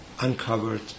uncovered